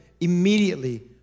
immediately